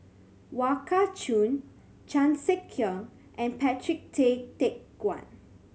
Wong Kah Chun Chan Sek Keong and Patrick Tay Teck Guan